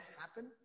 happen